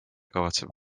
kavatseb